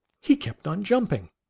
he kept on jumping.